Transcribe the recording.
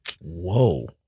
Whoa